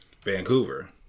Vancouver